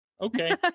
Okay